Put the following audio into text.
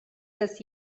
das